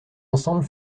ensemble